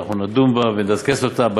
ואנחנו נדון בה ונדסקס אותה.